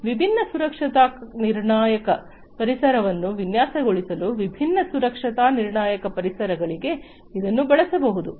ವಿಭಿನ್ನ ಸುರಕ್ಷತಾ ನಿರ್ಣಾಯಕ ಪರಿಸರವನ್ನು ವಿನ್ಯಾಸಗೊಳಿಸಲು ವಿಭಿನ್ನ ಸುರಕ್ಷತಾ ನಿರ್ಣಾಯಕ ಪರಿಸರಗಳಿಗೆ ಇದನ್ನು ಬಳಸಬಹುದು